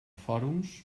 fòrums